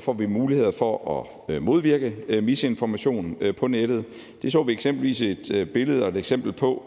får vi muligheder for at modvirke misinformation på nettet. Det så vi et eksempel på,